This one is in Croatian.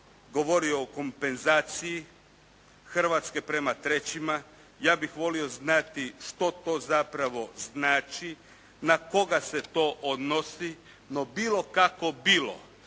govorio o kompenzaciji Hrvatske prema trećima. Ja bih volio znati što to zapravo znači, na koga se to odnosi, no bilo kako bilo,